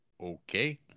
Okay